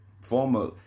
former